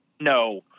No